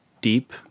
deep